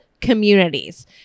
communities